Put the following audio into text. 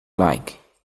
like